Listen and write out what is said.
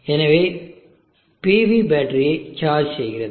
எனவே PV பேட்டரியை charge செய்கிறது